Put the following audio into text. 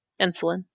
insulin